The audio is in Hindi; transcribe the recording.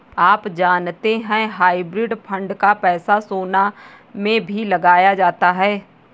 आप जानते है हाइब्रिड फंड का पैसा सोना में भी लगाया जाता है?